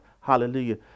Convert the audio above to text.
hallelujah